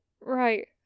Right